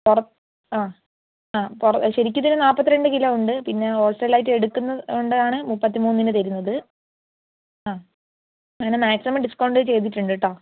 പൊറ ആ ശരിക്കും ഇതിന് നാൽപ്പത്തി രണ്ട് കിലോ ഉണ്ട് പിന്നെ ഹോൾ സെൽ ആയിട്ട് എടുക്കുന്നത് കൊണ്ടാണ് മുപ്പത്തി മൂന്നിന് തരുന്നത് ആ അങ്ങനെ മാക്സിമം ഡിസ്കൗണ്ട് ചെയ്തിട്ടുണ്ട് കേട്ടോ